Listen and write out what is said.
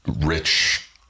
rich